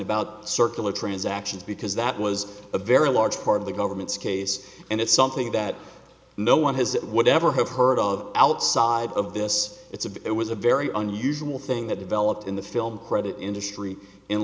about circular transactions because that was a very large part of the government's case and it's something that no one has it would ever have heard of outside of this it's a bit was a very unusual thing that developed in the film credit industry in